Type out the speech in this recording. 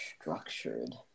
structured